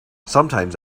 sometimes